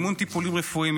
מימון טיפולים רפואיים,